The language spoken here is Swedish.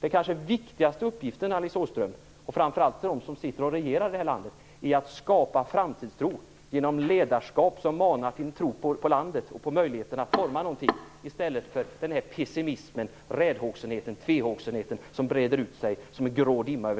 Den kanske viktigaste uppgiften, Alice Åström, framför allt för dem som regerar det här landet, är att skapa framtidstro genom ledarskap. Man måste mana till tro på landet och på möjligheten att forma någonting, i stället för den pessimism, räddhågsenhet, tvehågsenhet som breder ut sig som en grå dimma över